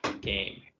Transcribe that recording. game